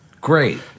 Great